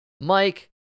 Mike